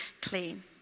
clean